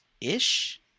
ish